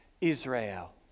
Israel